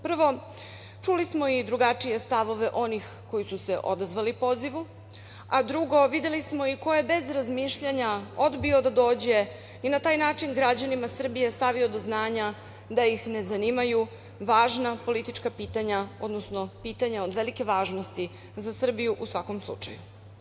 Prvo, čuli smo i drugačije stavove onih koji su se odazvali pozivu, a drugo videli smo i ko je bez razmišljanja odbio da dođe i na taj način građanima Srbije stavio do znanja da ih ne zanimaju važna politička pitanja, odnosno pitanja od velike važnosti za Srbiju u svakom slučaju.